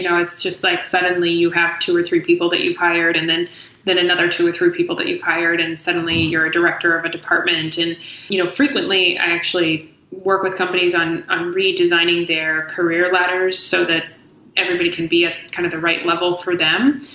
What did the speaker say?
yeah it's just like suddenly you have two or three people that you've hired, and then then another two or three people that you've hired and suddenly you're a director of a department. and you know frequently, i actually work with companies on on redesigning their career ladders so that everybody can be at kind of the right level for them.